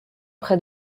près